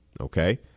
okay